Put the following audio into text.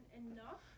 enough